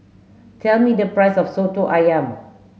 tell me the price of Soto Ayam